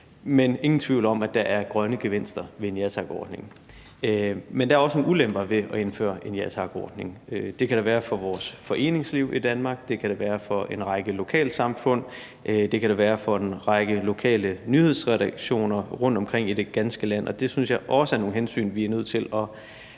er ingen tvivl om, at der er grønne gevinster ved en ja tak-ordning. Men der er også nogle ulemper ved at indføre en ja tak-ordning. Det kan der være for vores foreningsliv i Danmark. Det kan der være for en række lokalsamfund. Det kan der være for en række lokale nyhedsredaktioner rundtomkring i det ganske land, og det synes jeg også er nogle hensyn, vi bliver nødt til at